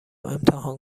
امتحان